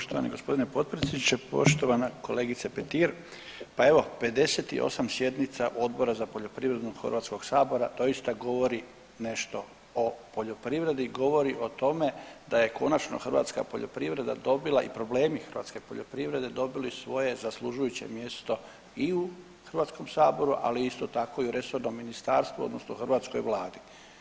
Poštovani gospodine potpredsjedniče, poštovan kolegice Petir, pa evo 58 sjednica Odbora za poljoprivredu Hrvatskog sabora doista govori nešto o poljoprivredi i govori o tome da je konačno hrvatska poljoprivreda dobila i problemi hrvatske poljoprivrede dobili svoje zaslužujuće mjesto i u Hrvatskom saboru, ali isto tako i u resornom ministarstvu odnosno hrvatskoj vladi.